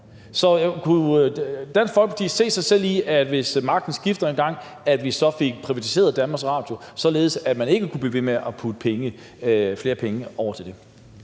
Så kan Dansk Folkeparti se sig selv i, hvis magten skifter engang, at vi så fik privatiseret Danmarks Radio, således at man ikke kunne blive ved med at putte flere penge over til det?